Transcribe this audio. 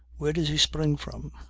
where did he spring from?